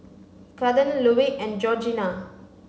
Kathern Louie and Georgina